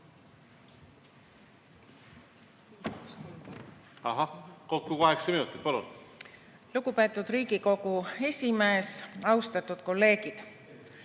kaheksa minutit, palun. Lugupeetud Riigikogu esimees! Austatud kolleegid!